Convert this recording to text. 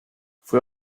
fue